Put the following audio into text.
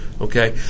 okay